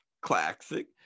classic